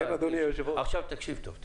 תקשיב טוב: